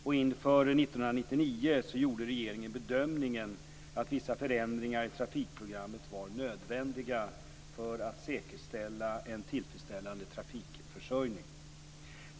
Inför 1999 gjorde regeringen bedömningen att vissa förändringar i trafikprogrammet var nödvändiga för att säkerställa en tillfredsställande trafikförsörjning.